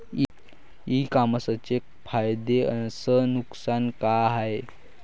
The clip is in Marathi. इ कामर्सचे फायदे अस नुकसान का हाये